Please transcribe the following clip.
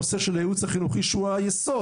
הנושא של הייעוץ החינוכי שהוא היסוד,